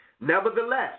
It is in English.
Nevertheless